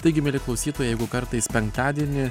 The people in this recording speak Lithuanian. taigi mieli klausytojai jeigu kartais penktadienį